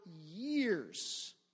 years